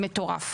מטורף.